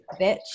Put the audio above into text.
bitch